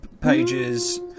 pages